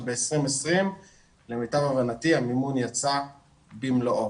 וב-2020 למיטב הבנתי המימון יצא במלואו.